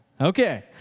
Okay